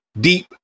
deep